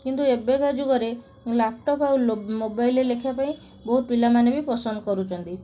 କିନ୍ତୁ ଏବେକା ଯୁଗରେ ଲ୍ୟାପଟପ୍ ଆଉ ମୋବାଇଲରେ ଲେଖିବା ପାଇଁ ବହୁତ ପିଲାମାନେ ବି ପସନ୍ଦ କରୁଛନ୍ତି